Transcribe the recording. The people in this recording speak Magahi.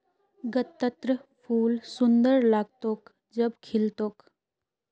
गत्त्रर फूल सुंदर लाग्तोक जब खिल तोक